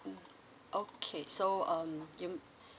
okay so um you